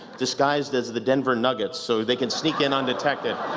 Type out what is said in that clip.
disguised as the denver nuggets so they can sneak in undetected.